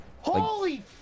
holy